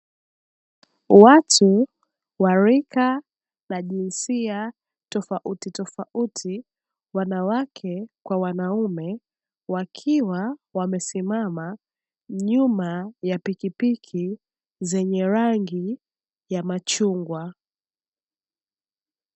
Watu wa rika la jinsia tofauti tofauti wanawake kwa wanaume, wakiwa wamesimama nyuma ya pikipiki zenye rangi ya machungwa.